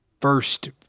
first